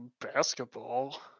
basketball